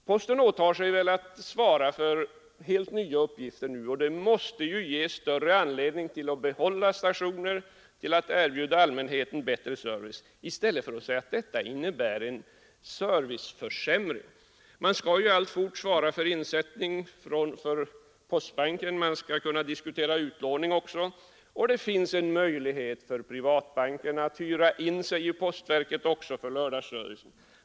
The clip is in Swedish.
Posten åtar sig nu att svara för helt nya uppgifter, och det måste ge större anledning att behålla stationer och erbjuda allmänheten bättre service. Hur kan man då påstå att detta skulle innebära en serviceförsämring? Posten skall ju alltfort sköta insättning på postsparbanken, den skall kunna diskutera utlåning också, och det finns en möjlighet för privatbankerna att hyra in sig hos posten för lördagsservice.